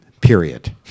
period